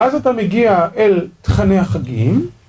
אז אתה מגיע אל תכני החגים